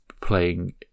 playing